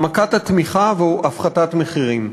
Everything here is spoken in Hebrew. העמקת התמיכה והפחתת מחירים.